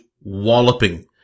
walloping